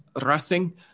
Racing